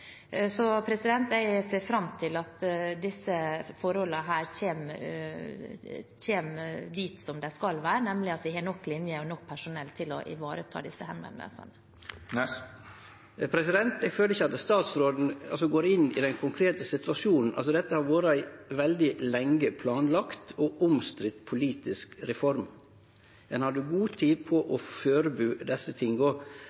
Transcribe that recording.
ser fram til at disse forholdene blir slik som de skal være, nemlig at vi har nok linjer og nok personell til å ivareta disse henvendelsene. Eg føler ikkje at statsråden går inn i den konkrete situasjonen. Dette har vore ei veldig lenge planlagd og omstridd politisk reform. Ein hadde god tid